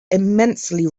immensely